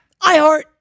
iHeart